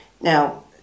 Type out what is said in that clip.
Now